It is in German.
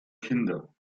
kinder